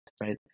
right